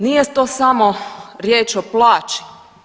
Nije to samo riječ o plaći.